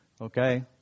Okay